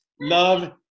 love